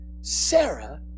Sarah